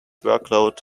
workload